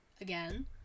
again